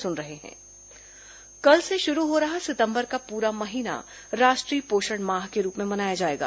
राष्ट्रीय पोषण माह कल से शुरू हो रहा सितंबर का पूरा महीना राष्ट्रीय पोषण माह के रूप में मनाया जाएगा